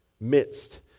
midst